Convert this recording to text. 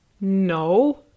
No